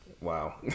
wow